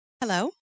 Hello